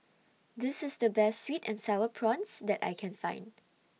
This IS The Best Sweet and Sour Prawns that I Can Find